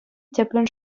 тӗплӗн